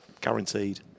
guaranteed